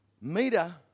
meter